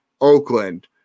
Oakland